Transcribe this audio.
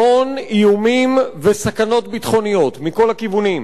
המון איומים וסכנות ביטחוניות, מכל הכיוונים,